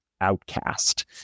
outcast